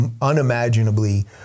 unimaginably